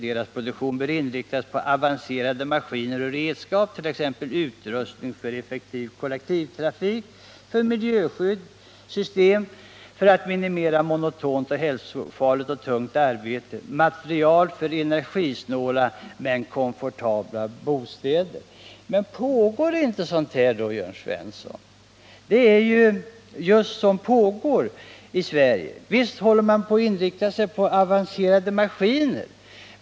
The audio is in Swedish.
Deras produktion bör inriktas på avancerade maskiner och Men pågår inte sådant här, Jörn Svensson? Jo, det är just det som pågår i Sverige. Visst inriktar man sig på avancerade maskiner.